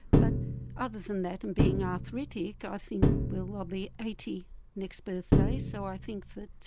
but other than that and being arthritic, i think well i'll be eighty next birthday so i think that